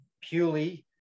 purely